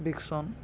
ବିକ୍ସନ୍